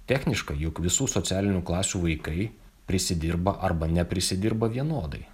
techniškai juk visų socialinių klasių vaikai prisidirba arba neprisidirba vienodai